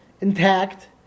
intact